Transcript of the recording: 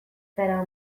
zara